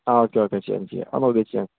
ആ okay okay ചെയ്യാം ചെയ്യാം അത് നോക്കി ചെയ്യാം